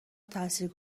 تاثیر